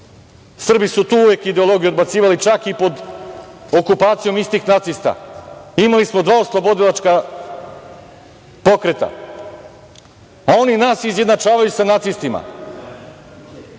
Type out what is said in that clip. Srbi su uvek tu ideologiju odbacivali, čak i pod okupacijom istih nacista. Imali smo dva oslobodilačka pokreta. A oni nas izjednačavaju sa nacistima.